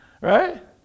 Right